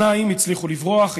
שניים הצליחו לברוח,